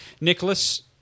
Nicholas